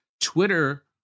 Twitter